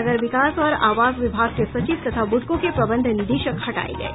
नगर विकास और आवास विभाग के सचिव तथा बुडको के प्रबंध निदेशक हटाये गये